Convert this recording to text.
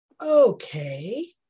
Okay